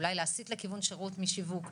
אולי להסיט לכיוון שירות משיווק,